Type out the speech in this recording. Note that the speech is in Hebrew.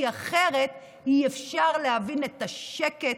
כי אחרת אי-אפשר להבין את השקט